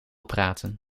praten